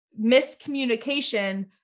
miscommunication